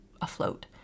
afloat